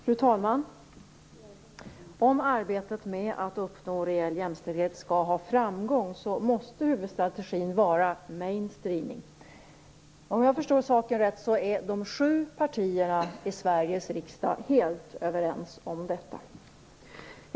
Fru talman! Om arbetet med att uppnå reell jämställdhet skall ha framgång måste huvudstrategin vara main streaming. Om jag förstår saken rätt är de sju partierna i Sveriges riksdag helt överens om detta.